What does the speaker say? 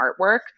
artwork